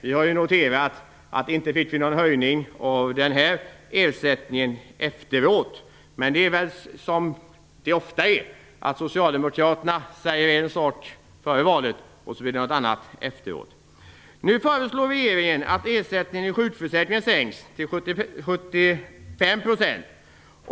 Vi har ju noterat att vi inte fick någon höjning av ersättningen efteråt. Men det är väl som det ofta är, socialdemokraterna säger en sak före valet, sedan blir det något annat efteråt. Nu föreslår regeringen att ersättningen i sjukförsäkringen sänks till 75 %.